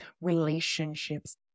relationships